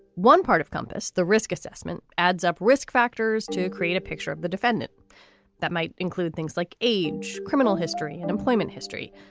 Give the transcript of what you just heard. one part of compass, the risk assessment adds up risk factors to create a picture of the defendant that might include things like age, criminal history and employment history.